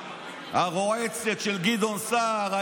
הרועצת של גדעון סער,